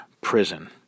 prison